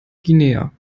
guinea